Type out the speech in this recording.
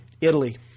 Italy